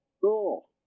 Cool